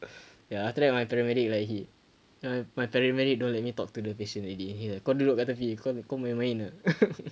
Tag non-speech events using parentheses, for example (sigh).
ya after that my paramedic like he my my paramedic don't let me talk to the patient already he like kau duduk kat tepi kau main main (laughs)